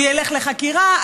הוא ילך לחקירה,